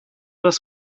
das